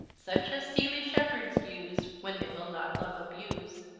suche as seelie shepperdes use when they will not love abuse,